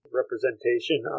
representation